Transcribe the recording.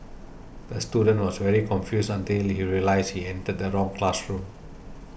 the student was very confused until he realised he entered the wrong classroom